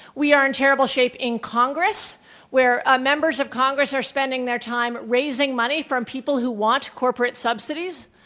we are in terrible shape in congress where ah members of congress are spending their time raising money from people who want corporate subsidies.